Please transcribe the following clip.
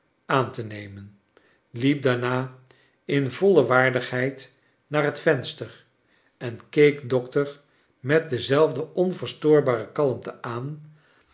aan e nemen liep daarna in voile waardigheid naar het venster en keek dokter met dezelfde onverstoorbare kalmte aan